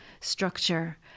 structure